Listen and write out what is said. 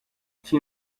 thin